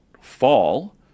fall